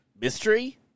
mystery